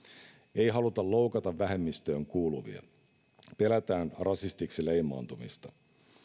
ei haluta loukata vähemmistöön kuuluvia pelätään rasistiksi leimaantumista